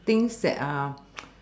things that are